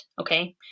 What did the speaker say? okay